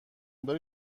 داری